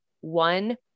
one